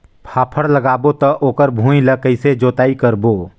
फाफण लगाबो ता ओकर भुईं ला कइसे जोताई करबो?